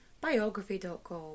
biography.com